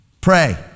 Pray